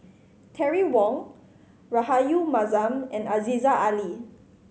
Terry Wong Rahayu Mahzam and Aziza Ali